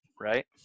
right